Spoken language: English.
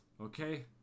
okay